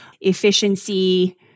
Efficiency